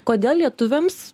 kodėl lietuviams